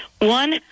one